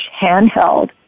handheld